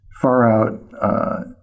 far-out